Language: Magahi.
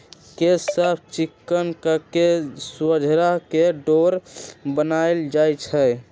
केश साफ़ चिक्कन कके सोझरा के डोरा बनाएल जाइ छइ